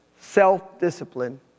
self-discipline